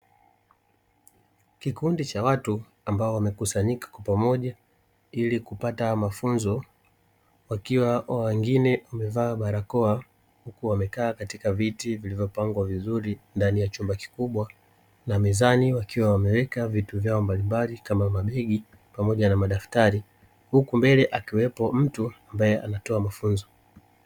Kikundi cha watu ambao wamekusanyika kwa pamoja ili kupata mafunzo, wakiwa wengine wamevaa barakoa huku wamekaa katika viti vilivyopangwa vizuri ndani ya chumba kikubwa na mezani wakiwa wameweka vitu vyao mbalimbali kama mabegi pamoja na madaftari; huku mbele akiwepo mtu ambaye anatoa mafunzo.